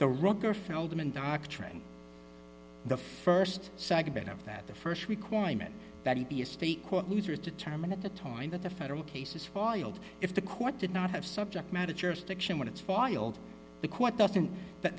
doctrine the st segment of that the st requirement that he be a state court loser is determined at the time that the federal cases filed if the court did not have subject matter jurisdiction when it's filed the court doesn't that